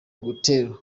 guterres